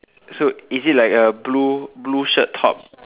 so is it like a blue blue shirt top